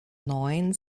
neun